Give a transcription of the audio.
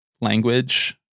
language